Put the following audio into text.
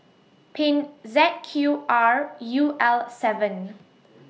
Pink Z Q R U L seven